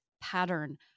pattern